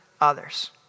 others